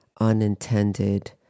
Unintended